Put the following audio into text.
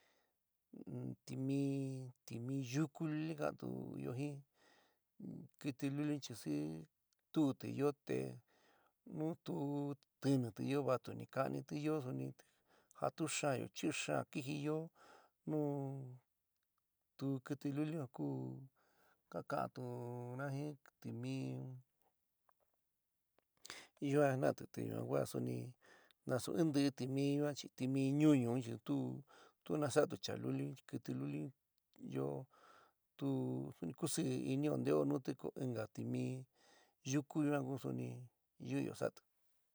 Timí, timí yúku luli ka'antuyo jin kɨtɨ luli chi sii tuúti yo te nu tuu tɨnitɨ yoó te vatuni ka'anitɨ yoó suni, jatu xaányo, chi xan kijɨ yoó, nu tuú kɨtɨ luli a ku ka k'aantuna jin timí yuan jinnati te ñua kua suni nasu in ntɨí timí yuan chi timí ñúñu un chi tu tu nu sa'atu chaluli un kɨtɨ luli un yoóo tu suni kusi inio nteo nuti ko inka timí yuku yuan ku suni yu'uyo saáti.